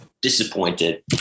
disappointed